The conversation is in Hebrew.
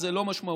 זה לא משמעותי.